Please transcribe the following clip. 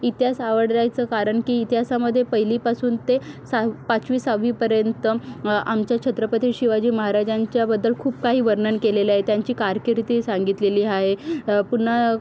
इतिहास आवडायचं कारण की इतिहासमध्ये पहिलीपासून ते सहा पाचवी सहावीपर्यंत आमच्या छत्रपती शिवाजी महाराजांच्याबद्दल खूप काही वर्णन केलेले आहे त्यांची कारकीर्द सांगितलेली आहे पुन्हा